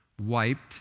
wiped